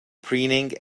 preening